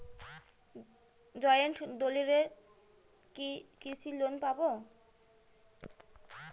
Joint দলিলে কি কৃষি লোন পাব?